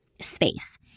space